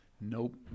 Nope